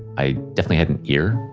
i definitely had an ear.